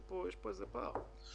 יש פה איזה פער.